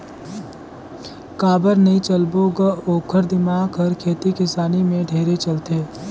काबर नई चलबो ग ओखर दिमाक हर खेती किसानी में ढेरे चलथे